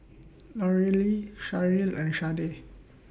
Lorelei Sherrill and Sharde